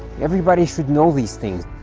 everybody should know these things?